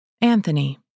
Anthony